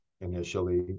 initially